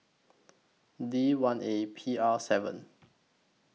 D one A P R seven